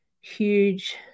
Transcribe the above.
huge